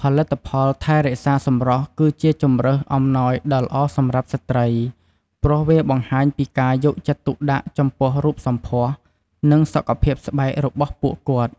ផលិតផលថែរក្សាសម្រស់គឺជាជម្រើសអំណោយដ៏ល្អសម្រាប់ស្ត្រី ព្រោះវាបង្ហាញពីការយកចិត្តទុកដាក់ចំពោះរូបសម្ផស្ស និងសុខភាពស្បែករបស់ពួកគាត់។